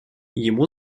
ему